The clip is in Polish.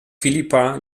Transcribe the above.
filipa